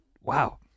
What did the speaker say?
wow